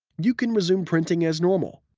you can resume printing as normal.